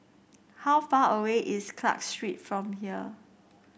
how far away is Clarke Street from here